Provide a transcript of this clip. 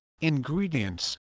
ingredients